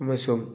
ꯑꯃꯁꯨꯡ